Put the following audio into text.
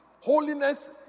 Holiness